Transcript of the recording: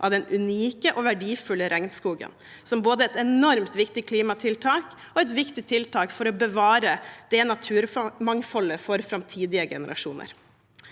av den unike og verdifulle regnskogen, både som et enormt viktig klimatiltak og et viktig tiltak for å bevare det naturmangfoldet for framtidige generasjoner.